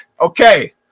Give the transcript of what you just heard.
Okay